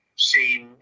seen